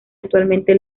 actualmente